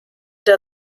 der